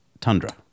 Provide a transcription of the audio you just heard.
tundra